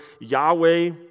Yahweh